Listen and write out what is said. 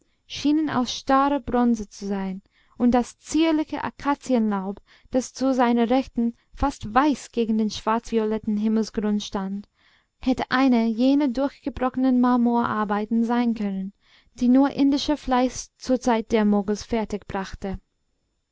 schienen aus starrer bronze zu sein und das zierliche akazienlaub das zu seiner rechten fast weiß gegen den schwarzvioletten himmelsgrund stand hätte eine jener durchbrochenen marmorarbeiten sein können die nur indischer fleiß zur zeit der moguls fertig brachte